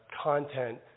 content